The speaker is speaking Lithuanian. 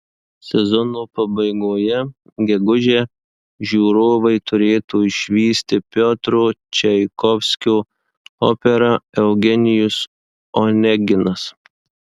sezono pabaigoje gegužę žiūrovai turėtų išvysti piotro čaikovskio operą eugenijus oneginas